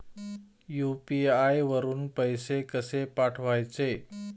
UPI वरून पैसे कसे पाठवायचे?